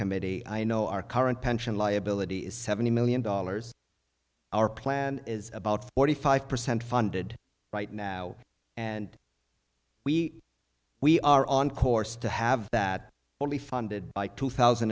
committee i know our current pension liability is seventy million dollars our plan is about forty five percent funded right now and we we are on course to have that fully funded by two thousand